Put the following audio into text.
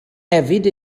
hefyd